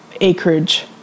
acreage